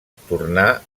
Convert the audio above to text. tornà